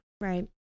Right